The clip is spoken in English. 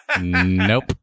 Nope